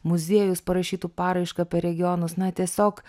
muziejus parašytų paraišką per regionus na tiesiog